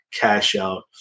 cash-out